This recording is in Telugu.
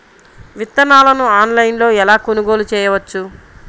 విత్తనాలను ఆన్లైనులో ఎలా కొనుగోలు చేయవచ్చు?